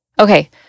Okay